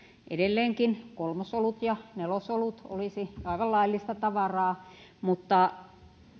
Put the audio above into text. edelleenkin kolmosolut ja nelosolut olisivat aivan laillista tavaraa mutta